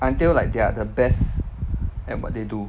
until like they are the best at what they do